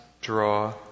draw